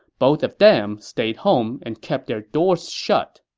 both of them stayed home and kept their doors shut.